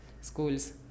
Schools